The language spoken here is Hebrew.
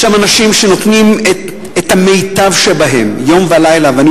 יש שם אנשים שנותנים את המיטב שבהם, יום ולילה.